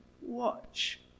watch